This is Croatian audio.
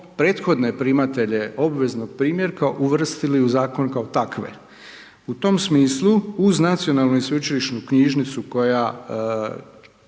prethodne primatelje obveznog primjerka uvrstili u zakon kao takve. U tom smislu uz Nacionalnu i sveučilišnu knjižnicu koja